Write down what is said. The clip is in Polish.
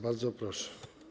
Bardzo proszę.